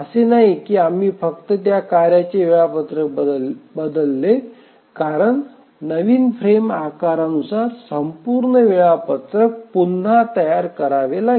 असे नाही की आम्ही फक्त त्या कार्याचे वेळापत्रक बदलले कारण नवीन फ्रेम आकारनुसार संपूर्ण वेळापत्रक पुन्हा तयार करावे लागेल